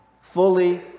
fully